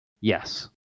Yes